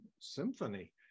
symphony